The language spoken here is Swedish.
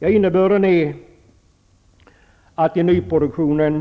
Innebörden är att det i fråga om nyproduktionen